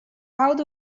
out